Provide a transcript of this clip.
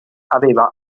aveva